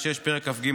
פרק כ"ג,